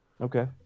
Okay